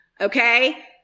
Okay